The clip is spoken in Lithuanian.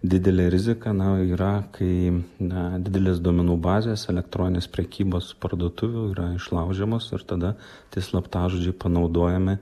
didelė rizika na yra kai na didelės duomenų bazės elektroninės prekybos parduotuvių yra išlaužiamos ir tada tie slaptažodžiai panaudojami